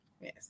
Yes